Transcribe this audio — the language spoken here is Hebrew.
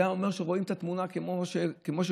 זה היה אומר שרואים את התמונה כמו שרוצים,